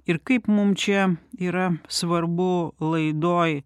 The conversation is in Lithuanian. ir kaip mum čia yra svarbu laidoj